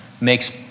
Makes